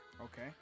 Okay